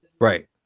right